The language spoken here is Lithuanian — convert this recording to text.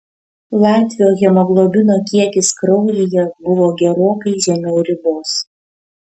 latvio hemoglobino kiekis kraujyje buvo gerokai žemiau ribos